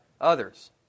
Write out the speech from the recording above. others